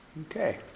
Okay